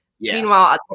Meanwhile